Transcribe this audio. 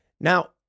Now